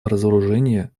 разоружения